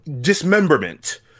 dismemberment